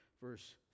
verse